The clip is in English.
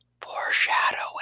Foreshadowing